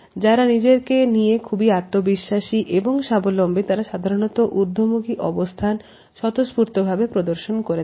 যারা নিজেদেরকে নিয়ে খুবই আত্মবিশ্বাসী এবং স্বাবলম্বী তারা সাধারণত ঊর্ধ্বমুখী অবস্থান স্বতঃস্ফূর্তভাবে প্রদর্শন করে থাকে